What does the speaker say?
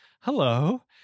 Hello